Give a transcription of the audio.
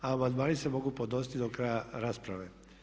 Amandmani se mogu podnositi do kraja rasprave.